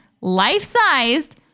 life-sized